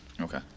Okay